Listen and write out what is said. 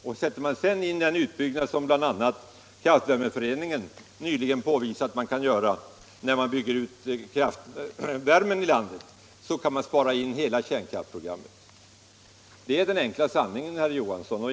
Och om man dessutom sätter in den utbyggnad som bl.a. Kraftvärmeföreningen nyligen visade på att man kan göra, när man bygger ut kraftvärmen här i landet, så kan vi spara in hela kärnkraftsprogrammet. Det är den enkla sanningen, herr Johansson!